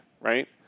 right